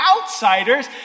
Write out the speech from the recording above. outsiders